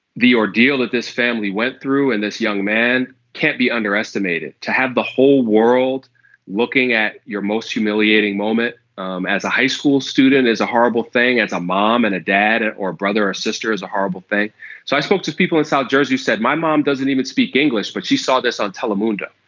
the ordeal that this family went through and this young man can't be underestimated to have the whole world looking at your most humiliating moment um as a high school student is a horrible thing as a mom and a dad or brother or sister is a horrible thing. so i spoke to people in south jersey who said my mom doesn't even speak english but she saw this on telemundo.